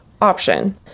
option